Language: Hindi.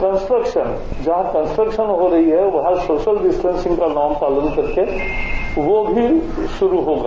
कस्ट्रक्शन जहां कस्ट्रक्शन हो रही है वहां सोशल डिस्टेंसिंग का नॉम पालन करके वो भी शुरू होगा